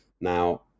now